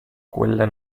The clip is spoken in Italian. quella